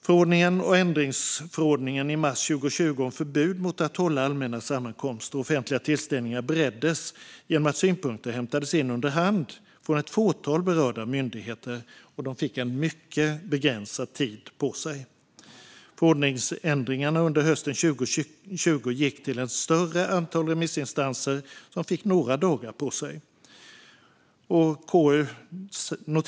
Förordningen och ändringsförordningen i mars 2020 om förbud mot att hålla allmänna sammankomster och offentliga tillställningar bereddes genom att synpunkter hämtades in under hand från ett fåtal berörda myndigheter, som fick mycket begränsad tid på sig. Förordningsändringarna under hösten 2020 gick till ett större antal remissinstanser, som fick några dagar på sig.